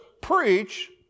preach